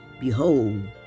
behold